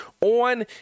on